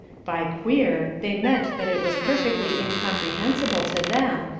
by queer they meant that it was perfectly incomprehensible to them,